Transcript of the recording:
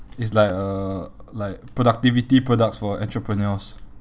it's like a like productivity products for entrepreneurs